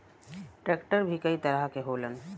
tractor भी कई तरह के होलन